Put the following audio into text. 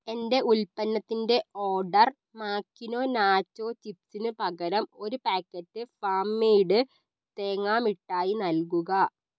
എന്റെ ഉൽപ്പന്നത്തിന്റെ order Makino nacho ചിപ്സിന് പകരം ഒരു പാക്കറ്റ് ഫാം മെയ്ഡ് തേങ്ങാ മിഠായി നൽകുക